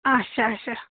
آچھا اچھا